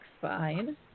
fine